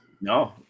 no